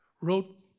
wrote